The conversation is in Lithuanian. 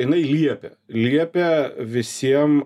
jinai liepė liepė visiem